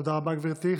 תודה רבה, גברתי.